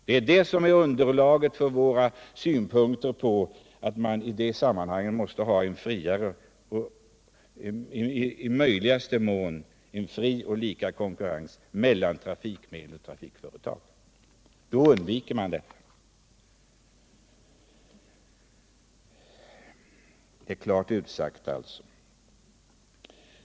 Det är det som är underlaget för våra synpunkter, alltså att vi måste ha en i möjligaste mån fri och lika konkurrens mellan trafikmedel och trafikföretag. Då undviker vi detaljregleringar. Den saken är alltså klart utsagd.